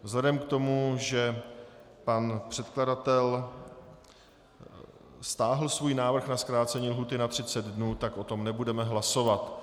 Vzhledem k tomu, že pan předkladatel stáhl svůj návrh na zkrácení lhůty na 30 dnů, tak o tom nebudeme hlasovat.